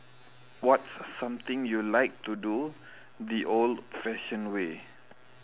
what's something you like to do the old fashioned way